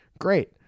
Great